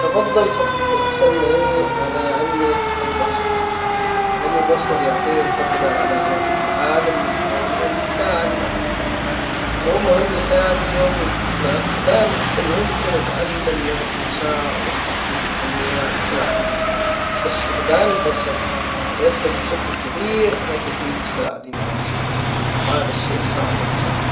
أفضل أفقد سمعي على ان افقد بصري لان البصر يعطيني القدرة على رؤية العالم من حولي والتفاعل معه. ومهم لحياتي اليومية مع فقدان السمع وممكن اتعلم لغة الاشارة واستخدم تقنيات تساعدني. بس فقدان البصر يؤثر بشكل كبير على كيفية تفاعلي مع الحياة وهذا الشيء صعب أتحمله.